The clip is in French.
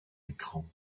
écran